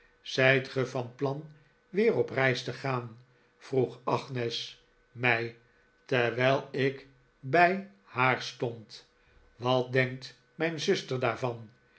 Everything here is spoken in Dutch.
ge van plan weer op reis te gaan vroeg agnes mij terwijl ik bij haar stond wat denkt mijn zuster daarvan